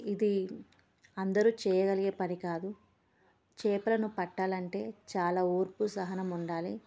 ఇది అందరూ చేయగలిగే పని కాదు చేపలను పట్టాలంటే చాలా ఓర్పు సహనం ఉండాలి